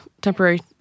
temporary